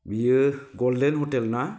बियो गल्देन हटेलना